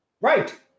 Right